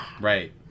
Right